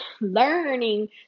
learning